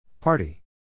Party